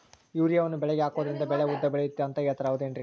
ಯೂರಿಯಾವನ್ನು ಬೆಳೆಗೆ ಹಾಕೋದ್ರಿಂದ ಬೆಳೆ ಉದ್ದ ಬೆಳೆಯುತ್ತೆ ಅಂತ ಹೇಳ್ತಾರ ಹೌದೇನ್ರಿ?